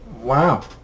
wow